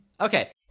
Okay